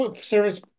service